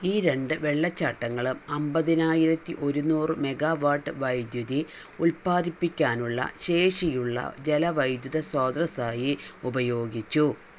ഈ രണ്ട് വെള്ളച്ചാട്ടങ്ങളും അൻപതിനായിരത്തി ഒരുനൂറ് മെഗാവാട്ട് വൈദ്യുതി ഉൽപ്പാദിപ്പിക്കാനുള്ള ശേഷിയുള്ള ജലവൈദ്യുത സ്രോതസ്സായി ഉപയോഗിച്ചു